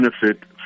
benefit